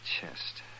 chest